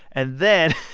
and then,